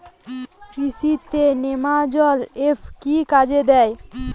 কৃষি তে নেমাজল এফ কি কাজে দেয়?